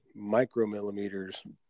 micromillimeters